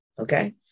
Okay